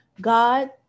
God